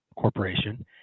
Corporation